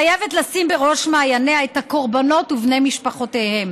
חייבת לשים בראש מעייניה את הקורבנות ובני משפחותיהם.